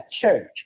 church